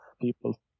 people